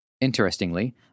Interestingly